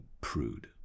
prude